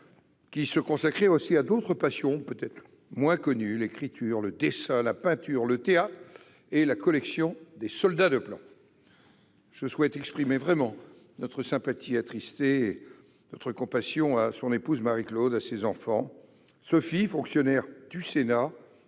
qui se consacrait à d'autres passions moins connues : l'écriture, le dessin, la peinture, le théâtre et la collection de soldats de plomb ... Je souhaite exprimer notre sympathie attristée et notre profonde compassion à son épouse Marie-Claude, à ses enfants Sophie, fonctionnaire du Sénat,